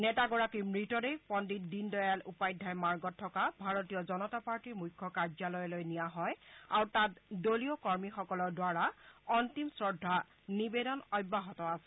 নেতাগৰাকীৰ মতদেহ পণ্ডিত দীনদয়াল উপাধ্যায় মাৰ্গত থকা ভাৰতীয় জনতা পাৰ্টীৰ মুখ্য কাৰ্যালয়লৈ নিয়া হয় আৰু তাত দলীয় কৰ্মীসকলৰ দ্বাৰা অন্তিম শ্ৰদ্ধা নিবেদন অব্যাহত আছে